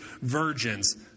virgins